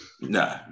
No